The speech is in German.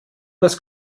was